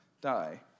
die